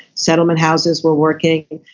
settlement houses were working,